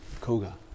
Koga